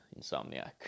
insomniac